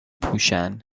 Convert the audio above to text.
پوشن